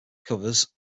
covers